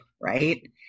right